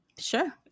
sure